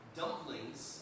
dumplings